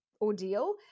ordeal